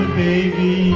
baby